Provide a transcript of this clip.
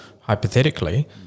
hypothetically